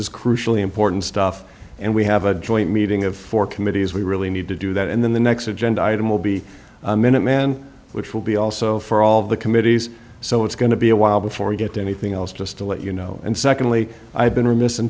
is crucially important stuff and we have a joint meeting of four committees we really need to do that and then the next agenda item will be minuteman which will be also for all of the committees so it's going to be a while before we get to anything else just to let you know and secondly i've been remiss in